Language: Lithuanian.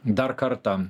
dar kartą